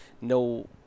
no